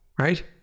right